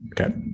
Okay